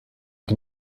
can